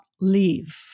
leave